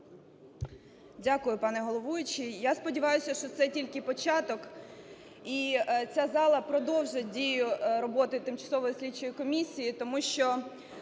Дякую, пане головуючий. Я сподіваюся, що це тільки початок і ця зала продовжить дію роботи тимчасової